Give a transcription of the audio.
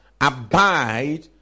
abide